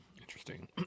Interesting